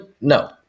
no